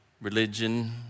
religion